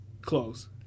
Close